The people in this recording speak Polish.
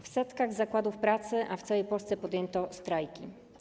W setkach zakładów pracy w całej Polsce podjęto strajki.